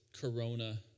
corona